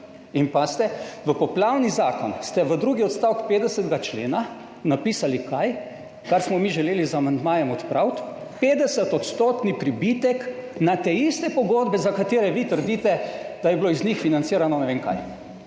in pazite, v poplavni zakon ste v 2. odstavek 50. člena napisali - kaj - kar smo mi želeli z amandmajem odpraviti, 50 % pribitek na te iste pogodbe, za katere vi trdite, da je bilo iz njih financirano ne vem kaj.